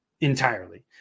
entirely